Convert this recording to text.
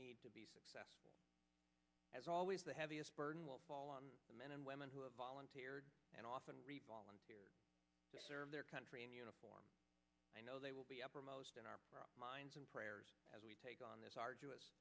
need to be successful as always the heaviest burden will fall on the men and women who have volunteered and often serve their country in uniform i know they will be uppermost in our minds and as we take on this arduous